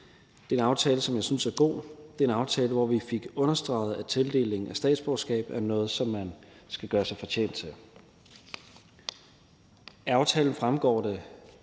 Det er en aftale, som jeg synes er god; det er en aftale, hvor vi fik understreget, at tildelingen af statsborgerskab er noget, som man skal gøre sig fortjent til. Af aftalen fremgår det,